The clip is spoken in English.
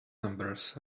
numbers